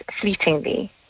fleetingly